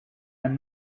and